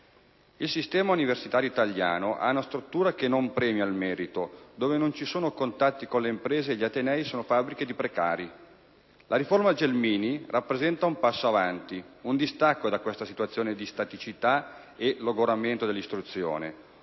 Il sistema universitario italiano ha una struttura che non premia il merito, non ci sono contatti con le imprese e gli atenei sono fabbriche di precari. La cosiddetta riforma Gelmini rappresenta un passo avanti, un distacco da questa situazione di staticità e di logoramento dell'istruzione;